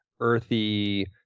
earthy